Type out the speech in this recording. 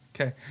Okay